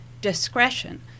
discretion